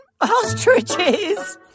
ostriches